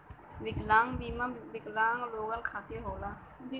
विकलांग बीमा विकलांग लोगन खतिर होला